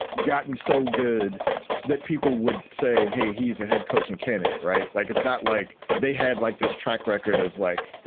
gotten so good that people would say, hey, he's a head coaching candidate. right. like, it's not like they had, like this track record of like